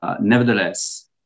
Nevertheless